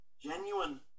genuine